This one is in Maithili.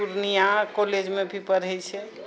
पूर्णियाँ कॉलेजमे भी पढ़ै छै